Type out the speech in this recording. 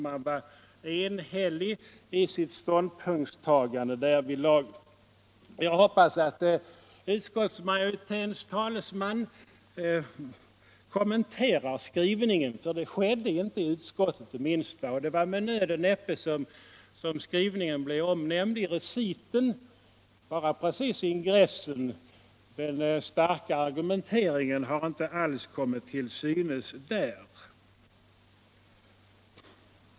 Man var enhällig i sitt ståndpunktstagande därvidlag. Jag hoppas att utskottsmajoritetens talesman kommenterar skrivelsen, för det skedde inte det minsta i utskottet. Det var med nöd och näppe som skrivelsen blev omnämnd i reciten. Men den starka argumenteringen har inte alls kommit till synes där.